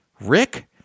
Rick